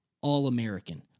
All-American